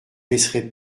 laisserai